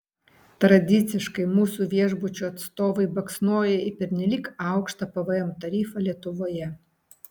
tradiciškai mūsų viešbučių atstovai baksnoja į pernelyg aukštą pvm tarifą lietuvoje